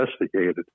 investigated